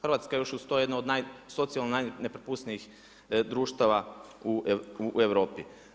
Hrvatska je još uz to jedna od socijalno najnepropusnijih društava u Europi.